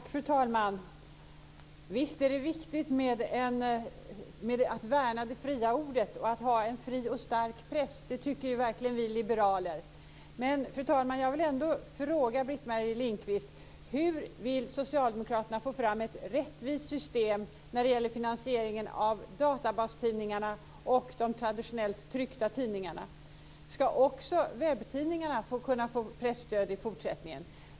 Fru talman! Visst är det viktigt att värna det fria ordet och att ha en fri och stark press. Det tycker verkligen vi liberaler. Men, fru talman, jag vill ändå fråga Britt-Marie Lindkvist: Hur vill socialdemokraterna få fram ett rättvist system när det gäller finansieringen av databastidningarna och de traditionellt tryckta tidningarna? Ska också webbtidningarna kunna få presstöd i fortsättningen?